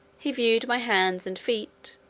he viewed my hands and feet,